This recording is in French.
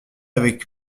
avec